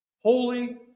holy